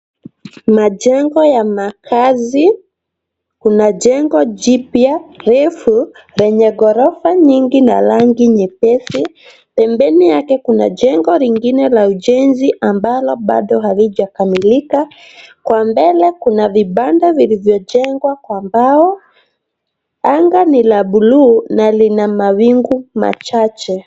Majengo ya makazi. Kuna jengo jipya refu lenye ghorofa nyingi na rangi nyepesi. Pembeni yake kuna jengo lingine la ujenzi ambalo bado halijakamilika. Kwa mbele kuna vibanda vilivyojengwa kwa mbao. Anga ni la buluu na lina mawingu machache.